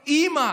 אימא,